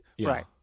right